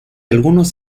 algunos